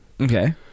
okay